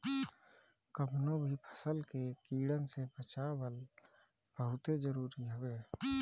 कवनो भी फसल के कीड़न से बचावल बहुते जरुरी हवे